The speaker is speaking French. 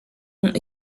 ont